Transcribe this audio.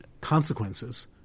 consequences